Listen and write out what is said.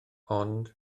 ond